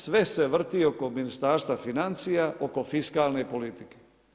Sve se vrti oko Ministarstva financija, oko fiskalne politike.